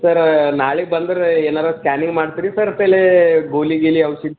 ಸರ ನಾಳೆಗ್ ಬಂದರೆ ಏನಾರೂ ಸ್ಕ್ಯಾನಿಂಗ್ ಮಾಡ್ತೀರಿ ಸರ್ ಪೆಹ್ಲೇ ಗೋಲಿ ಗೀಲಿ ಔಷಧಿ